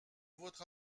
votre